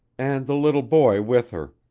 and the little boy with her.